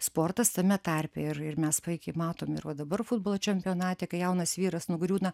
sportas tame tarpe ir ir mes puikiai matom ir va dabar futbolo čempionate kai jaunas vyras nugriūna